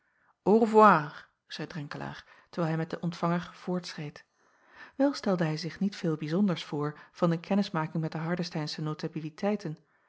zeî renkelaer terwijl hij met den ontvanger voortschreed el stelde hij zich niet veel bijzonders voor van de kennismaking met de ardesteinsche notabiliteiten